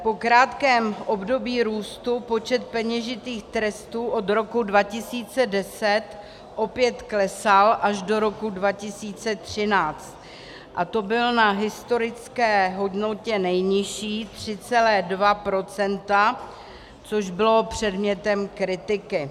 Po krátkém období růstu počet peněžitých trestů od roku 2010 opět klesal až do roku 2013, to byl na historické hodnotě nejnižší 3,2 %, což bylo předmětem kritiky.